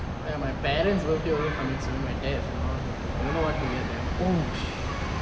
ya my parents birthday also coming soon my dad and my mom birthday don't know what to get them